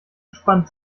gespannt